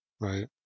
Right